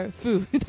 food